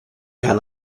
gaan